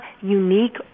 unique